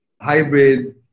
Hybrid